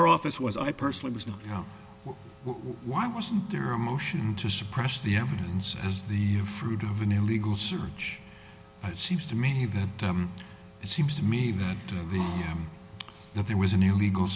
our office was i personally was not you know why wasn't there a motion to suppress the evidence as the fruit of an illegal search it seems to me that it seems to me that the dam that there was an illegal